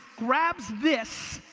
grabs this,